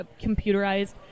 computerized